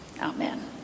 Amen